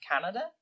Canada